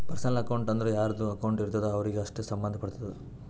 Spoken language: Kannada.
ಪರ್ಸನಲ್ ಅಕೌಂಟ್ ಅಂದುರ್ ಯಾರ್ದು ಅಕೌಂಟ್ ಇರ್ತುದ್ ಅವ್ರಿಗೆ ಅಷ್ಟೇ ಸಂಭಂದ್ ಪಡ್ತುದ